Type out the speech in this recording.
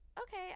okay